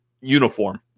uniform